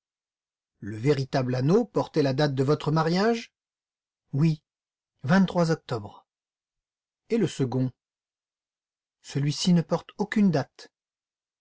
le véritable anneau portait la date de votre mariage oui vingt-trois octobre et le second celui-ci ne porte aucune date